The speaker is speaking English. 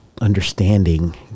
understanding